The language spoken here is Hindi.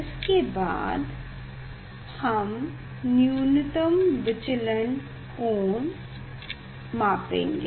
इसके बाद हम न्यूनतम विचलन कोण मापेंगे